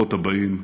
ובדורות הבאים.